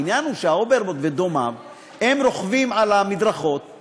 העניין הוא שעל ההוברבורד ודומיו הם רוכבים על המדרכות,